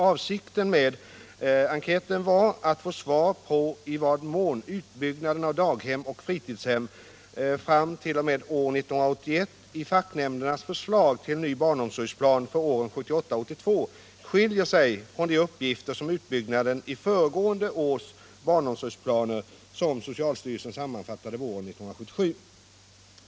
Avsikten med enkäten var att få svar på i vad mån utbyggnaden av daghem och fritidshem fram t.o.m. år 1981 i facknämndernas förslag till ny barnomsorgsplan för åren 1978-1982 skiljer sig från de uppgifter om utbyggnaden i föregående års barnomsorgsplaner som socialstyrelsen sammanfattade våren 1977.